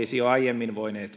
eivät olisi jo aiemmin voineet